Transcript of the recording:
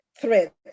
threat